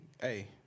hey